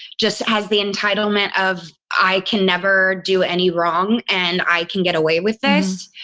just has the entitlement of i can never do any wrong and i can get away with this,